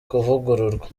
kuvugururwa